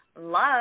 love